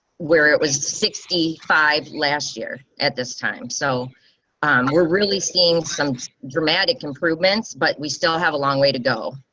where it was sixty five last year at this time. so we're really seeing some dramatic improvements, but we still have a long way to go,